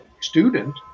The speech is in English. student